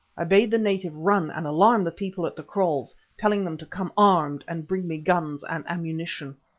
i bade the native run and alarm the people at the kraals, telling them to come armed, and bring me guns and ammunition.